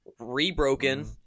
rebroken